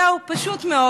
זהו, פשוט מאוד.